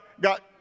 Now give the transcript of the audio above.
got